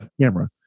camera